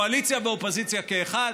קואליציה ואופוזיציה כאחד,